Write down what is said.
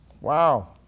Wow